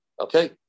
Okay